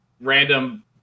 Random